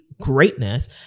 greatness